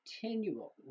continual